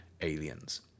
aliens